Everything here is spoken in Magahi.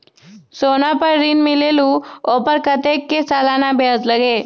सोना पर ऋण मिलेलु ओपर कतेक के सालाना ब्याज लगे?